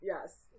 Yes